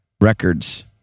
records